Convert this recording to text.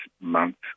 months